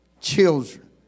children